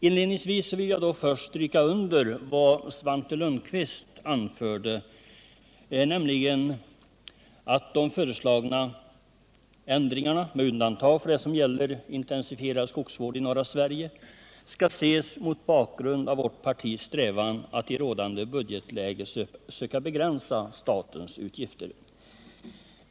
Inledningsvis vill jag stryka under vad Svante Lundkvist anförde, nämligen att de föreslagna ändringarna, med undantag av det som gäller intensifierad skogsvård i norra Sverige, skall ses mot bakgrund av vårt partis strävan att i rådande budgetläge söka begränsa statens utgifter.